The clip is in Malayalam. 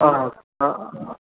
ആ അ